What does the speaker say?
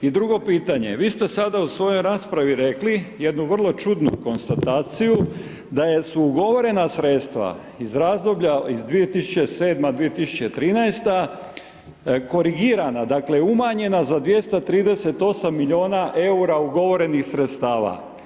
I drugo pitanje, vi ste sada u svojoj raspravi rekli jednu vrlo čudnu konstataciju da su ugovorena sredstava iz razdoblja iz 2007., 2013., korigirana, dakle, umanjena za 238 milijuna EUR-a ugovorenih sredstava.